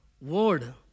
word